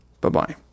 Bye-bye